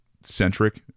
centric